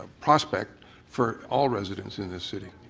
prospect for all residents in the city.